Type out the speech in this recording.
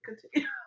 Continue